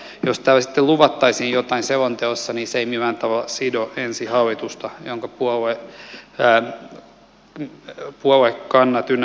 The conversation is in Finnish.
jos sitten luvattaisiin jotain selonteossa niin se ei millään tavalla sido ensi hallitusta jonka puoluekannat ynnä muuta